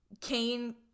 Cain